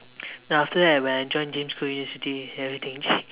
then after that when I join James Cook-university everything changed